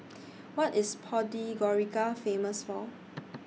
What IS Podgorica Famous For